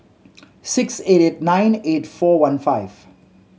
six eight eight nine eight four one five